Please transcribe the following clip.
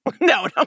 No